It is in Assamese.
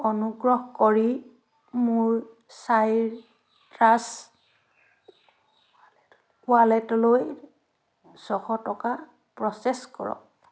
অনুগ্ৰহ কৰি মোৰ চাইট্ৰাছ ৱালেটলৈ ছশ টকা প্ৰচেছ কৰক